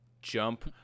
Jump